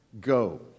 Go